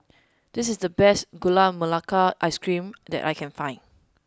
this is the best Gula Melaka ice cream that I can find